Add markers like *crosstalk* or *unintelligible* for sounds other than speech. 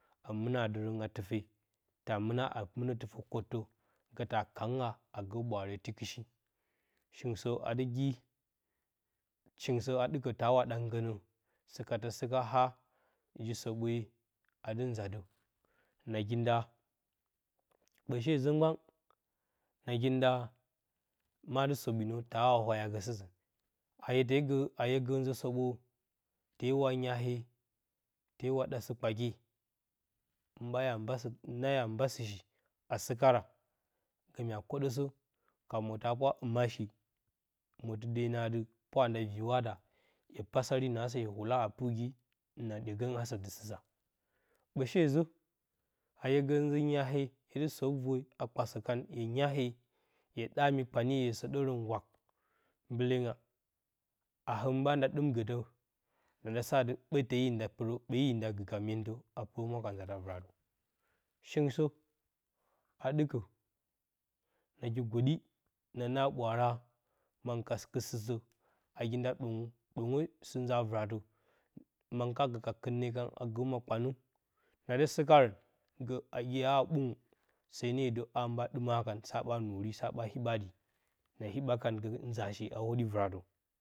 A mɨna dərən a tɨfe, ta mɨna a mɨnə tɨfə kottə, gə ta kanghaa a gə ɓwaare tikɨshi shingɨn sə adɨ gi, shingɨn sə a ɗɨkə tawa ɗa nggənə sɨka tə sɨka haa ji-soɓwe adɨ nzan də, nagi nda, ɓə shezə mgban nagi nda maadɨ soɓwi nə ta wa wayagə sɨsən, a hye te gə, a hye gə nzə soɓwo te wa nyahee, te wa ɗa sɨ-kpakye sɨshi hɨn ɓa, na *unintelligible* mba sɨshi mya a sɨ kara, gə mya kwoɗəsə, ka mwota kwa hɨmashi, mwotɨde nə ati pwa a nda virwa da, hye pasari naasə hye wuk a pirgi na ɗyegəni asə dɨ sɨsa, ɓə shezə a hye gə nzə nyhaee, hye dɨ sop rwe, a kpasə kan hye nyahee, hye ɗa mi kpanye, hye səɗərən wak mbalenga na hɨn ɓa nda ɗɨm gətə nanda sa ati ɓəte yo gi ka myentə a pirə humwa ka nzatə a vɨratə, shingɨn səa ɗɨkə, nagi goɗɨ naana ɓwaara, manngɨn ka kɨt sɨtə, nagi nda ɗwəngə shi nzaa vɨratə, mangɨn kana gə ka kɨt ne kan, a gə ma-kpanə na dɨ sɨkarən, gə nagi ya haaɓwəngə sene də a hɨn ɓa ɗimə a ɓa nwori sa ɓa hiɓadina hiɓa kan gə nza a shi a hwoɗi vɨratə.